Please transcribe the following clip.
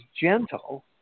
gentle